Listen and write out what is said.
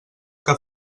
que